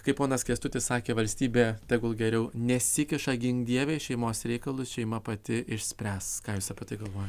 kai ponas kęstutis sakė valstybė tegul geriau nesikiša gink dieve į šeimos reikalus šeima pati išspręs ką jūs apie tai galvojat